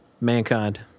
Mankind